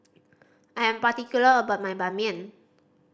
I am particular about my Ban Mian